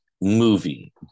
movie